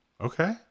Okay